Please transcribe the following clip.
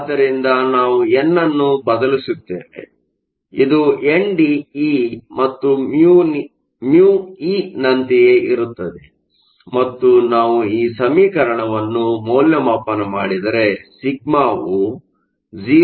ಆದ್ದರಿಂದ ನಾವು ಎನ್ ಅನ್ನು ಬದಲಿಸುತ್ತೇವೆ ಇದು ಎನ್ ಡಿ ಇ ಮತ್ತು μe ನಂತೆಯೇ ಇರುತ್ತದೆ ಮತ್ತು ನಾವು ಈ ಸಮೀಕರಣವನ್ನು ಮೌಲ್ಯಮಾಪನ ಮಾಡಿದರೆ σ ವು 0